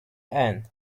ann